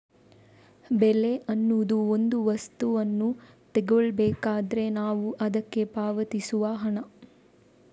ಬೆಲೆ ಅನ್ನುದು ಒಂದು ವಸ್ತುವನ್ನ ತಗೊಳ್ಬೇಕಾದ್ರೆ ನಾವು ಅದ್ಕೆ ಪಾವತಿಸುವ ಹಣ